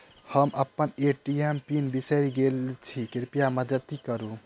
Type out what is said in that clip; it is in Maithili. हम अप्पन ए.टी.एम पीन बिसरि गेल छी कृपया मददि करू